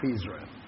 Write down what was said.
Israel